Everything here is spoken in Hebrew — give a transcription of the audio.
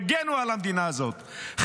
הגנו על המדינה הזאת,